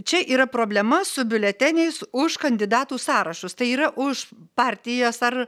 čia yra problema su biuleteniais už kandidatų sąrašus tai yra už partijas ar